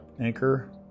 Anchor